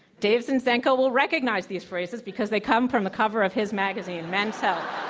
dave zinczenko will recognize these phrases because they come from the cover of his magazine, men's health.